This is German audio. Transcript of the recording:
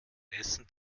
essen